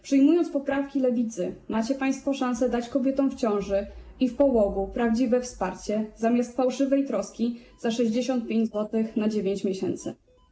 Przyjmując poprawki Lewicy, macie państwo szansę dać kobietom w ciąży i w połogu prawdziwe wsparcie zamiast fałszywej troski za 65 zł na 9 miesięcy.